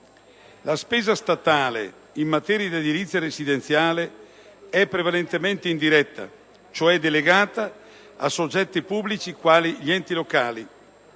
La spesa statale in materia di edilizia residenziale è prevalentemente indiretta, cioè delegata a soggetti pubblici quali gli enti locali,